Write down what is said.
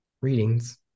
readings